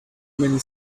many